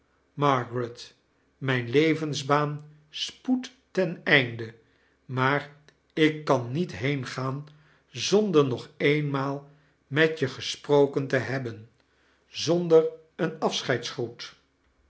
margaret mijn levensbaan spoedt ten einde maar ik kan niet heengaan zonder nog eenmaal met je gesproken t hebben zonder een